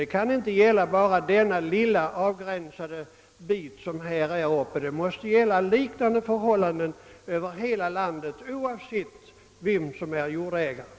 Det gäller ju här inte bara det lilla avgränsade område som vi nu diskuterar, utan liknande förhållanden måste föreligga över hela landet oavsett vem som är jordägare.